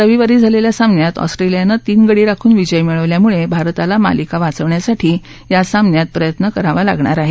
रविवारी झालेल्या सामन्यात ऑस्ट्रेलियानं तीन गडी राखून विजय मिळवल्यामुळे भारताला मालिका वाचवण्यासाठी या सामन्यात प्रयत्न करावा लागणार आहे